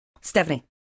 Stephanie